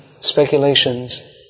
speculations